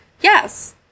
Yes